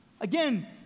Again